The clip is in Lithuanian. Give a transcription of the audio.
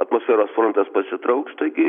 atmosferos frontas pasitrauks taigi